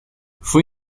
fue